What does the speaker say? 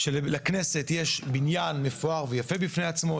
שלכנסת יש בניין מפואר ויפה בפני עצמו,